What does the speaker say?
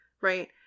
Right